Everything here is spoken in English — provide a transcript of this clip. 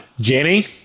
jenny